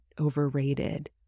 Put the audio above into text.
overrated